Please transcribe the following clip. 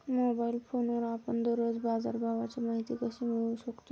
Mobile फोनवर आपण दररोज बाजारभावाची माहिती कशी मिळवू शकतो?